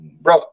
Bro